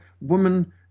woman